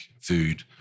food